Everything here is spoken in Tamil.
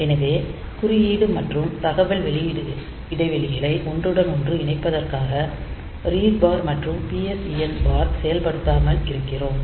எனவே குறியீடு மற்றும் தகவல் இடைவெளிகளை ஒன்றுடன் ஒன்று இணைப்பதற்காக ரீட் பார் மற்றும் PSEN பார் செயல்படுத்தாமல் இருக்கிறோம்